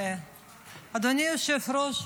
אדוני היושב-ראש,